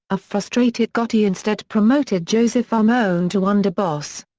a frustrated gotti instead promoted joseph armone to underboss.